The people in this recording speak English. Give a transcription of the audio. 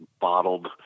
bottled